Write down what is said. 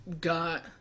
got